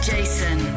Jason